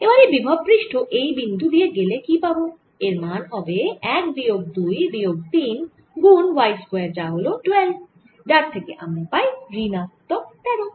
এবার এই বিভব পৃষ্ঠ এই বিন্দু দিয়ে গেলে কি পাবো এর মান হবে 1 বিয়োগ 2 বিয়োগ 3 গুন y স্কয়ার যা হল 12 যার থেকে আমরা পাই ঋণাত্মক 13